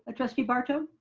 ah trustee barto?